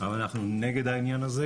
אבל אנחנו נגד העניין הזה